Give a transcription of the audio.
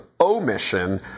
omission